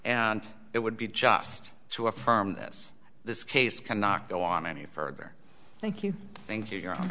and it would be just to affirm this this case cannot go on any further thank you thank you your